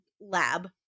lab